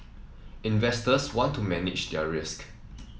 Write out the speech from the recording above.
investors want to manage their risk